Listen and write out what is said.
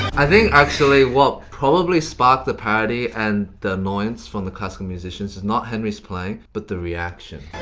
i think actually what probably sparked the parody and the annoyance from the classical musicians not henry's playing, but the reaction.